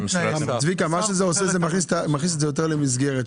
צביקה, זה מכניס את זה יותר למסגרת.